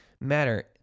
matter